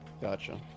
gotcha